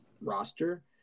roster